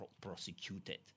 prosecuted